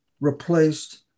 replaced